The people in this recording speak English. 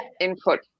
input